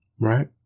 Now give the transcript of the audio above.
Right